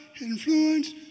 influence